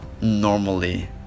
normally